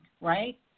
right